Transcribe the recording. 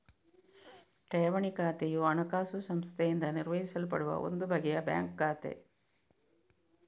ಠೇವಣಿ ಖಾತೆಯು ಹಣಕಾಸು ಸಂಸ್ಥೆಯಿಂದ ನಿರ್ವಹಿಸಲ್ಪಡುವ ಒಂದು ಬಗೆಯ ಬ್ಯಾಂಕ್ ಖಾತೆ